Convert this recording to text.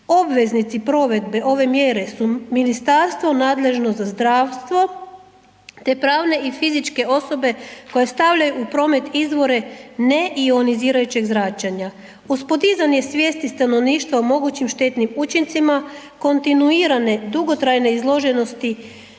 Obveznici provedbe ove mjere su ministarstvo nadležno za zdravstvo te pravne i fizičke osobe koje stavljaju u promet izvore neionizirajućeg zračenja. Uz podizanje svijesti stanovništva o mogućim štetnim učincima, kontinuirane dugotrajne izloženosti